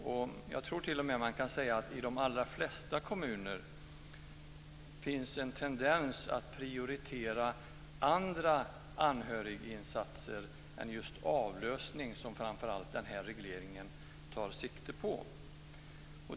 Jag tror att man t.o.m. kan säga att det i de allra flesta kommuner finns en tendens att prioritera andra anhöriginsatser än just avlösning, som den här regleringen framför allt tar sikte på.